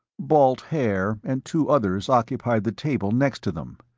balt haer and two others occupied the table next to them.